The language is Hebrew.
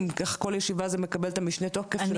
איך בכל ישיבה החשיבות של זה פשוט מקבלת משנה תוקף.